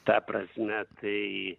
ta prasme tai